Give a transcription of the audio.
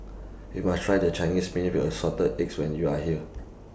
YOU must Try The Chinese Spinach with Assorted Eggs when YOU Are here